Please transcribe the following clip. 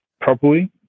properly